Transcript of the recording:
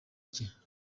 cye